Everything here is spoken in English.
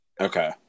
Okay